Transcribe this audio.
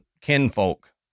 kinfolk